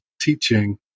teaching